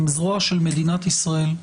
הם זרוע של מדינת ישראל,